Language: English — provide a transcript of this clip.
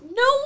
No